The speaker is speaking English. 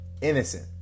Innocent